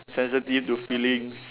sensitive to feelings